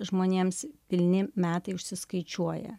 žmonėms pilni metai užsiskaičiuoja